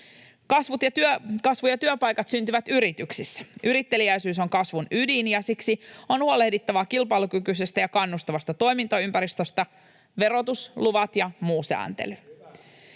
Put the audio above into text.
Kasvu ja työpaikat syntyvät yrityksissä. Yritteliäisyys on kasvun ydin, ja siksi on huolehdittava kilpailukykyisestä ja kannustavasta toimintaympäristöstä — verotus, luvat ja muu sääntely.